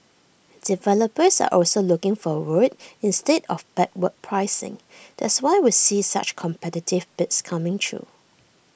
developers are also looking forward instead of backward pricing that's why we see such competitive bids coming through